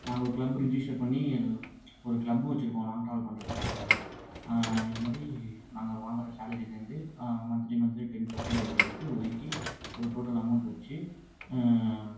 நாங்கள் ஒரு club register பண்ணி ஒரு க்ளப்பும் வைச்சுருக்கோம் லாங் ட்ராவல் பண்ணுறதுக்காக இது மாதிரி நாங்கள் வாங்குகிற சேலரிலேருந்து மந்த்லி மந்த்லி டென் பர்சன்டேஜ் எடுத்து ஒதுக்கி ஒரு டோட்டல் அமௌண்ட்டு வைச்சு